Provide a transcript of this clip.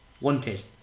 Wanted